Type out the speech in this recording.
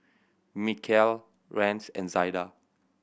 Mikeal Rance and Zaida